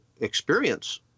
experience